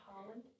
Holland